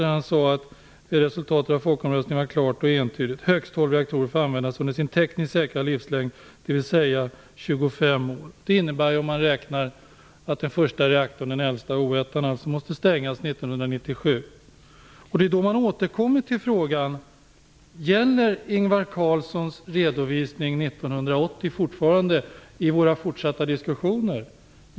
När resultatet av folkomröstningen var klart och entydigt sade han att högst tolv reaktorer får användas under sin tekniskt säkra livslängd, dvs. 25 år. Det innebär att den första reaktorn, den äldsta, O-ettan måste stängas 1997. Då återkommer frågorna: Gäller Ingvar Carlssons redovisning från 1980 fortfarande i våra fortsatta diskussioner?